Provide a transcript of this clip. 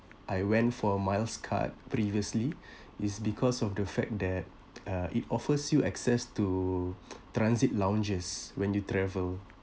I went for miles card previously is because of the fact that uh it offers you access to transit lounges when you travel